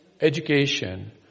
education